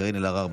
קארין אלהרר,